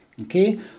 okay